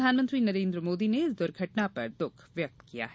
प्रधानमंत्री नरेन्द्र मोदी ने इस दुर्घटना पर दुख व्यक्त किया है